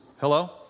Hello